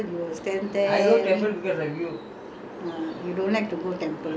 he will you will bring him to temple he will come to the temple he will stand there